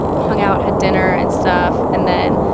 hung out, had dinner and stuff and then,